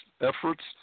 efforts